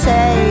Say